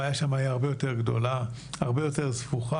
הבעיה שם היא הרבה יותר גדולה, הרבה יותר סבוכה.